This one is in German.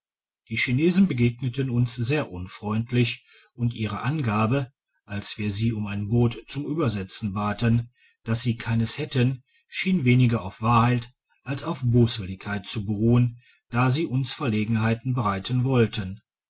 die chinesen begegneten uns sehr unfreundlich und ihre angabe als wir sie um ein boot zum uebersetzen baten dass sie keins hätten schien weniger auf wahrheit als auf böswilligkeit zu beruhen da sie uns verlegenheiten bereiten wollten